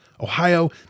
Ohio